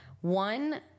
One